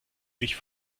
sich